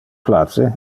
place